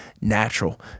natural